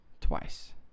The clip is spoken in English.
twice